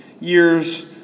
years